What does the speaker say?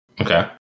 Okay